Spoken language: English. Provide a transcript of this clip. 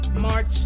March